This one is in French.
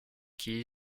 qui